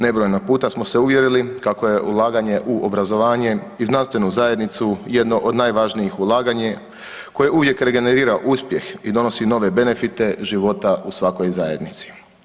Nebrojeno puta smo se uvjerili kako je ulaganje u obrazovanje i znanstvenu zajednicu jedno od najvažnijih ulaganje koje uvijek regenerira uspjeh i donosi nove benefite života u svakoj zajednici.